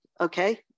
Okay